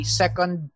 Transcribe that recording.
second